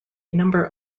number